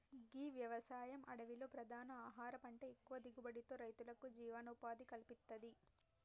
గీ వ్యవసాయం అడవిలో ప్రధాన ఆహార పంట ఎక్కువ దిగుబడితో రైతులకు జీవనోపాధిని కల్పిత్తది